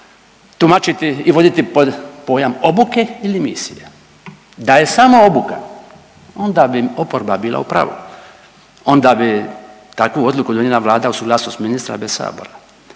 tumačiti i voditi pod pojam obuke ili misije. Da je samo obuka, onda bi oporba bila upravu, onda bi takvu odluku donijela Vlada uz suglasnost ministra bez Sabora,